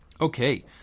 Okay